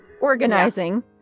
organizing